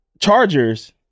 Chargers